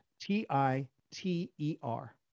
T-I-T-E-R